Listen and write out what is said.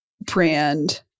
brand